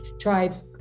tribes